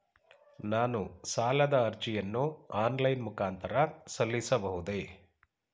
ನಾನು ಸಾಲದ ಅರ್ಜಿಯನ್ನು ಆನ್ಲೈನ್ ಮುಖಾಂತರ ಸಲ್ಲಿಸಬಹುದೇ?